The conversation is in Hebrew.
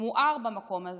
מואר במקום הזה.